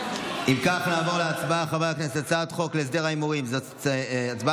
נעבור להצבעה חוזרת על הצעת חוק להסדר ההימורים בספורט